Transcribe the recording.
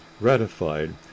ratified